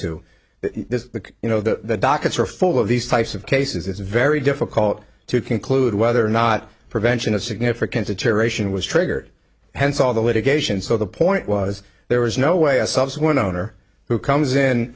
the you know the dockets are full of these types of cases it's very difficult to conclude whether or not prevention of significant deterioration was triggered hence all the litigation so the point was there was no way a subsequent owner who comes in